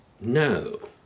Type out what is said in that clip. No